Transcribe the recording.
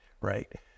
right